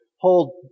hold